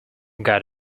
got